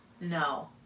No